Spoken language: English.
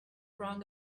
wrong